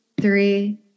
three